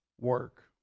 work